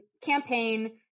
campaign